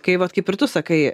kai vat kaip ir tu sakai